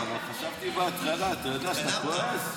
חשבתי בהתחלה, אתה יודע, שאתה כועס.